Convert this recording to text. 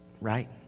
right